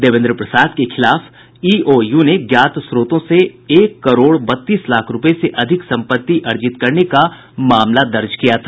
देवेन्द्र प्रसाद के खिलाफ ईओयू ने ज्ञात स्त्रोतों से एक करोड़ बत्तीस लाख रूपये से अधिक संपत्ति अर्जित करने का मामला दर्ज किया था